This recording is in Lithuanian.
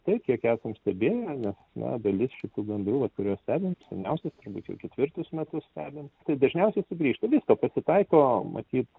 taip kiek esame stebėję nes na dalis šitų gandrų vat kuriuos stebim seniausias turbūt jau ketvirtus metus stebim tai dažniausiai sugrįžta visko pasitaiko matyt